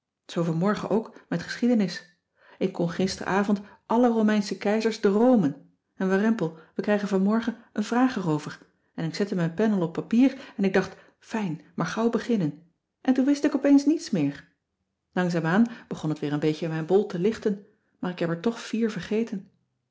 zoo vanmorgen ook met geschiedenis ik kon gisteravond alle romeinsche keizers droomen en warempel we krijgen vanmorgen een vraag erover en ik zette mijn pen al op papier en ik dacht fijn maar gauw beginnen en toen wist ik opeens niets meer langzaam aan begon het weer een beetje in mijn bol te lichten maar ik heb er toch vier vergeten